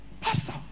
Pastor